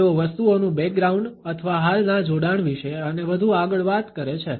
તેઓ વસ્તુઓનુ બેકગ્રાઉંડ અથવા હાલના જોડાણ વિશે અને વધુ આગળ વાત કરે છે